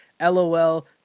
Lol